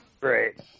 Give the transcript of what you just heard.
Great